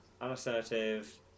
unassertive